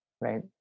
right